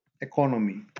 economy